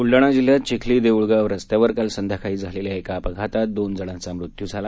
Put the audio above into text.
बुलडाणा जिल्ह्यात चिखली देऊळगाव रस्त्यावर काल संध्याकाळी झालेल्या एका अपघातात दोन जणांचा मृत्यू झाला